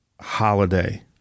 holiday